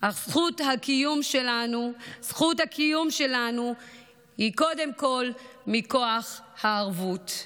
אך זכות הקיום שלנו היא קודם כול מכוח הערבות.